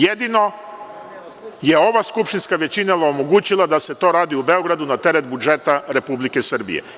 Jedino je ova skupštinska većina omogućila da se to radi u Beogradu na teret budžeta Republike Srbije.